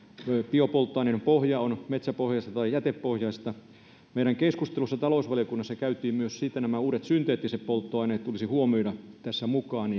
biopolttoaineiden pohja on metsäpohjaista tai jätepohjaista meillä talousvaliokunnassa käytiin keskustelua myös siitä että uudet synteettiset polttoaineet tulisi huomioida tähän mukaan